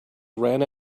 ran